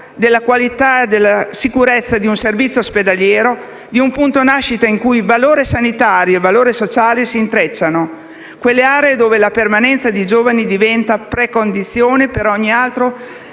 alla qualità e alla sicurezza di un servizio ospedaliero o di un punto nascita in cui il valore sanitario e il valore sociale si intrecciano. In quelle aree la permanenza dei giovani diventa precondizione per ogni altro